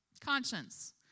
Conscience